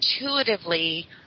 Intuitively